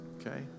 Okay